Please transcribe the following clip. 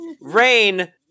Rain